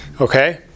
Okay